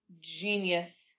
genius